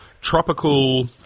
tropical